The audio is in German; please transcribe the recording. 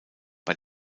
bei